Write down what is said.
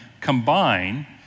combine